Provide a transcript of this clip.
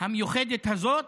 המיוחדת הזאת,